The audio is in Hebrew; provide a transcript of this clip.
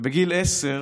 בגיל עשר